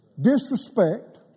Disrespect